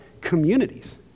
communities